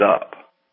up